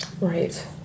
Right